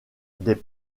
des